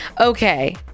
Okay